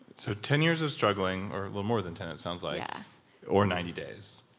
so ten years of struggling, or a little more than ten it sounds like. yeah or ninety days